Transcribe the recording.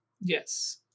yes